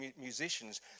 musicians